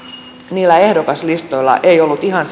niillä ehdokaslistoilla ei ollut ihan